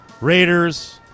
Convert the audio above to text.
Raiders